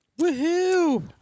Woohoo